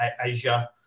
Asia